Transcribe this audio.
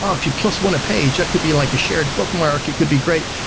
ah if you plus one a page, that could be like a shared bookmark. it could be great.